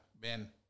ben